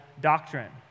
doctrine